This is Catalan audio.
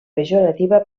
pejorativa